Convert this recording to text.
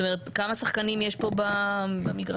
כמה שחקנים יש כאן במגרש?